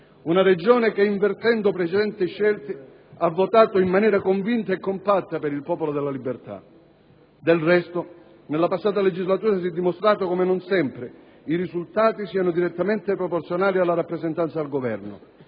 una Regione che, invertendo precedenti scelte, ha votato in maniera convinta e compatta per il Popolo della Libertà? Del resto, nella passata legislatura, si è dimostrato come non sempre i risultati siano direttamente proporzionali alla rappresentanza al Governo,